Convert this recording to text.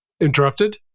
interrupted